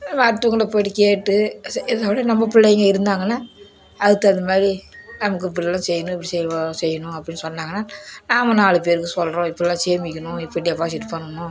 அடுத்தவங்களை போய்விட்டு கேட்டு செய்கிறதவிட நம்ம பிள்ளைங்க இருந்தாங்கன்னால் அதுக்கு தகுந்தமாதிரி நமக்கு இப்படியெல்லாம் செய்யணும் இப்படி செய்யணு அப்படின்னு சொன்னாங்கன்னால் நம்ம நாலு பேருக்கு சொல்கிறோம் இப்படில்லாம் சேமிக்கணும் இப்படி டெப்பாசிட் பண்ணணும்